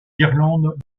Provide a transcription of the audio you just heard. d’irlande